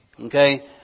Okay